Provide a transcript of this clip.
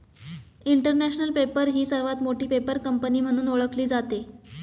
international Paper ही सर्वात मोठी पेपर कंपनी म्हणून ओळखली जाते